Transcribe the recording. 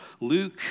Luke